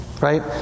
right